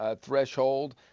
threshold